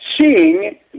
Seeing